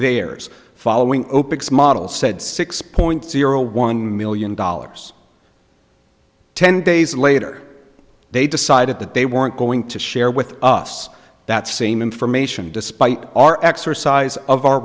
heirs following opex model said six point zero one million dollars ten days later they decided that they weren't going to share with us that same information despite our exercise of our